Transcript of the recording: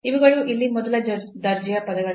ಇವುಗಳು ಇಲ್ಲಿ ಮೊದಲ ದರ್ಜೆಯ ಪದಗಳಾಗಿವೆ